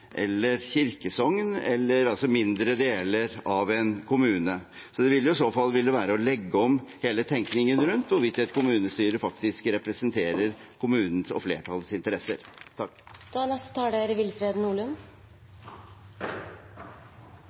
eller kirkesogn – altså i mindre deler av en kommune. Det ville i så fall være å legge om hele tenkningen rundt hvorvidt et kommunestyre representerer kommunens og flertallets interesser.